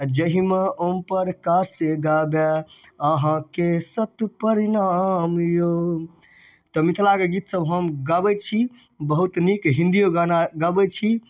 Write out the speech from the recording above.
जाहिमे ओम प्रकाश गाबै अहाँके सत परनाम यौ तऽ मिथिलाके गीतसब हम गबै छी बहुत नीक हिन्दिओ गाना गबै छी